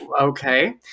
Okay